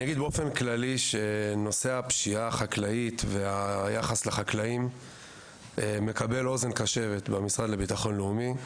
נושא הפשיעה החקלאית והיחס לחקלאים מקבל אוזן קשבת במשרד לביטחון לאומי,